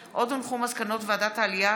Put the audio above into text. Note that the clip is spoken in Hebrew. מסקנות ועדת העלייה,